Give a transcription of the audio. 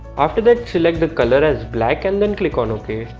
after that select the color as black and then click on ok